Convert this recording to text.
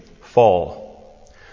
fall